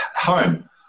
home